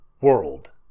World